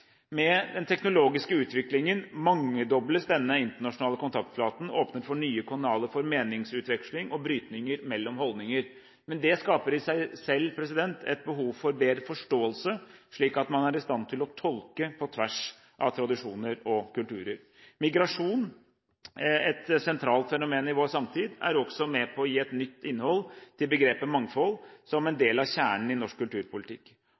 Med den teknologiske utviklingen mangedobles denne internasjonale kontaktflaten og åpner for nye kanaler for meningsutveksling og brytninger mellom holdninger. Men det skaper i seg selv et behov for mer forståelse, slik at man er i stand til å tolke på tvers av tradisjoner og kulturer. Migrasjon, et sentralt fenomen i vår samtid, er også med på å gi et nytt innhold til begrepet «mangfold» som en del av kjernen i norsk kulturpolitikk.